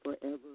forever